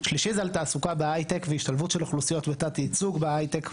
שלישי זה על תעסוקה בהייטק והשתלבות של אוכלוסיות ותת ייצוג בהייטק,